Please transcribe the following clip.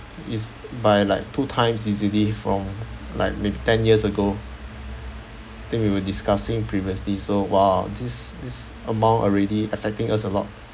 is by like two times easily from like ten years ago think we were discussing previously so !wow! this this amount already affecting us a lot